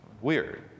weird